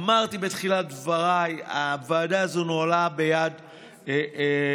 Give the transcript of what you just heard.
אמרתי בתחילת דבריי, הוועדה הזו נוהלה ביד רמה.